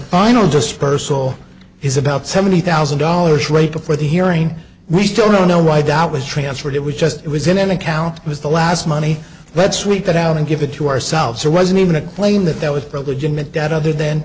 final dispersal is about seventy thousand dollars right before the hearing we still know no wideout was transferred it was just it was in an account it was the last money let's week that out and give it to ourselves there wasn't even a claim that there was a legitimate debt other than